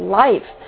life